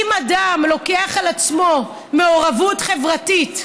אם אדם לוקח על עצמו מעורבות חברתית,